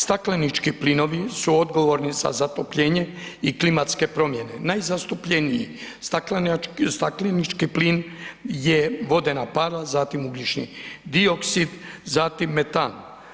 Staklenički plinovi su odgovorni za zatopljenje i klimatske promjene, najzastupljeniji staklenički plin je vodena para, zatim ugljični dioksid, zatim metan.